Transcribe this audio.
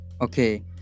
Okay